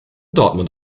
dortmund